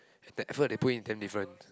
the effort they put in damn different